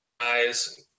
guys